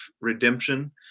redemption